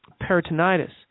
peritonitis